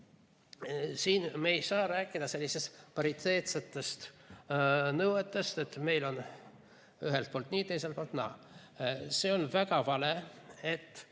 Siin me ei saa rääkida sellistest pariteetsetest nõuetest, et meil on ühelt poolt nii ja teiselt poolt naa. On väga vale, et